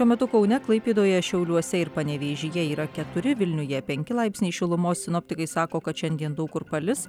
šiuo metu kaune klaipėdoje šiauliuose ir panevėžyje yra keturi vilniuje penki laipsniai šilumos sinoptikai sako kad šiandien daug kur palis